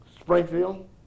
Springfield